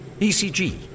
ECG